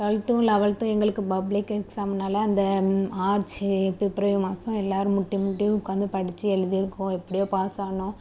டுவெல்த்தும் லெவல்த்தும் எங்களுக்குப் பப்ளிக் எக்ஸாம்னால் அந்த மார்ச்சு பிப்ரவரி மார்ச் தான் எல்லோரும் முட்டி முட்டி உட்காந்து படித்து எழுதிருக்கோம் எப்படியோ பாஸ் ஆனோம்